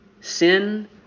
Sin